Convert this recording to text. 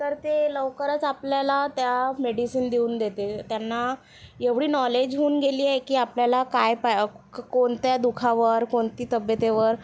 तर ते लवकरच आपल्याला त्या मेडिसीन देऊन देतील त्यांना एवढी नॉलेज होऊन गेली आहे की आपल्याला काय पा कोणत्या दुखावर कोणत्या तब्येतीवर